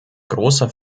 großer